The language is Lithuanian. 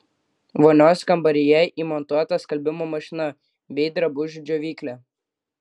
vonios kambaryje įmontuota skalbimo mašina bei drabužių džiovyklė